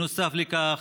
נוסף על כך,